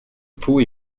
pau